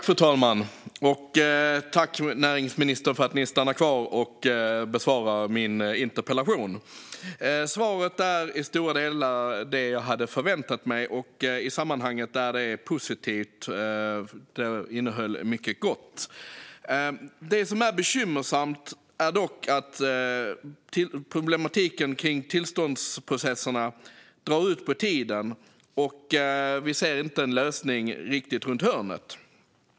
Fru talman! Tack till näringsministern för att han stannar kvar och besvarar min interpellation! Svaret är till stora delar det jag hade förväntat mig, och i sammanhanget är det positivt. Det innehöll mycket gott. Det som är bekymmersamt är att det drar ut på tiden. Vi ser inte direkt några lösningar på problematiken kring tillståndsprocessen runt hörnet.